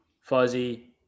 Fuzzy